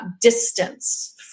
distance